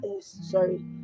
sorry